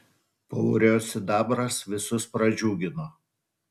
paurio sidabras visus pradžiugino